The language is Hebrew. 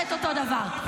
גם